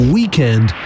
Weekend